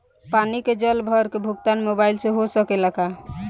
पानी के जल कर के भुगतान मोबाइल से हो सकेला का?